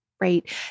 right